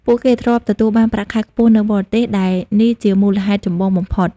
ពួកគេធ្លាប់ទទួលបានប្រាក់ខែខ្ពស់នៅបរទេស ដែលនេះជាមូលហេតុចម្បងបំផុត។